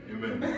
Amen